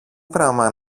πράμα